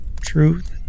Truth